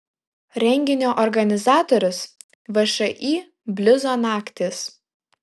renginio organizatorius všį bliuzo naktys